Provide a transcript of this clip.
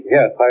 Yes